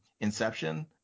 Inception